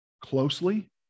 closely